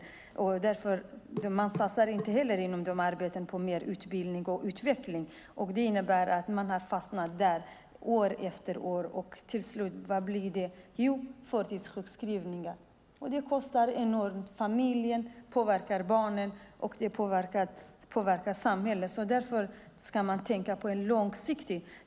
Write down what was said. Inom dessa arbeten satsas inte heller på utbildning och vidareutveckling, vilket innebär att man har fastnat där år efter år. Vad blir det till slut? Jo, långtidssjukskrivningar. Det kostar enormt mycket. Det påverkar familjen, barnen och samhället. Därför ska man tänka långsiktigt.